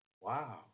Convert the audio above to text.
Wow